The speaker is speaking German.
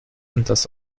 anders